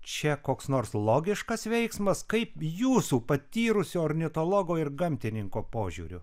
čia koks nors logiškas veiksmas kaip jūsų patyrusio ornitologo ir gamtininko požiūriu